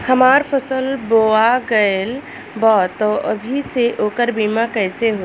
हमार फसल बोवा गएल बा तब अभी से ओकर बीमा कइसे होई?